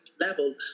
level